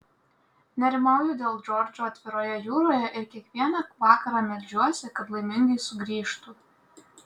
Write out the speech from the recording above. nerimauju dėl džordžo atviroje jūroje ir kiekvieną vakarą meldžiuosi kad laimingai sugrįžtų